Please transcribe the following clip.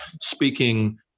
speaking